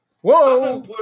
Whoa